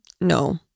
No